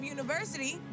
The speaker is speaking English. University